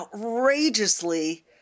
outrageously